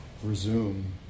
resume